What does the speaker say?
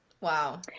Wow